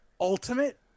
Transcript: Ultimate